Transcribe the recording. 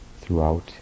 throughout